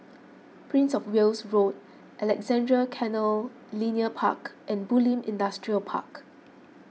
Prince of Wales Road Alexandra Canal Linear Park and Bulim Industrial Park